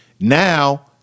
Now